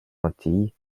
antilles